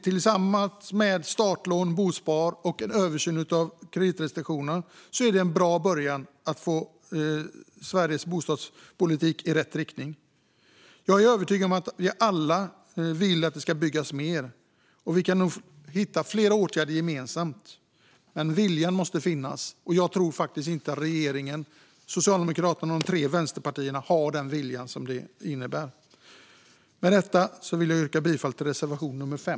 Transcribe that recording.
Tillsammans med startlån, bospar och en översyn av kreditrestriktionerna är de en bra början för att få Sveriges bostadspolitik i rätt riktning. Jag är övertygad om att vi alla vill att det byggs mer, och vi kan nog hitta fler åtgärder gemensamt. Men viljan måste finnas, och jag tror inte att regeringen och de tre vänsterpartierna har den vilja som behövs. Jag yrkar bifall till reservation nummer 5.